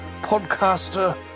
podcaster-